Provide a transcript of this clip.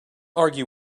argue